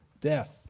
Death